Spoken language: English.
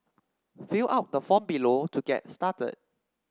fill out the form below to get started